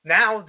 now